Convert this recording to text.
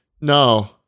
no